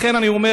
לכן אני אומר,